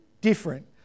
different